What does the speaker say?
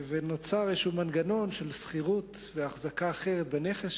נוצר מנגנון של שכירות והחזקה אחרת בנכס,